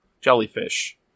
jellyfish